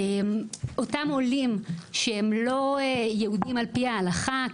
אותם עולים שהם לא יהודים על פי ההלכה,